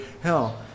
hell